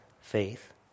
faith